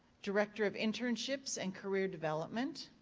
director of internships and career development,